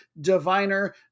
diviner